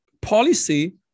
policy